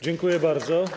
Dziękuję bardzo.